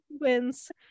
Wins